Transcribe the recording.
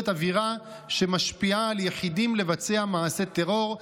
אווירה שמשפיעה על יחידים לבצע מעשה טרור,